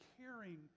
caring